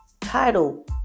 title